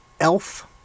Elf